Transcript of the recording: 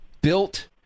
built